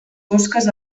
fosques